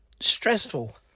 stressful